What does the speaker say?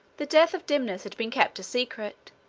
the death of dymnus had been kept a secret,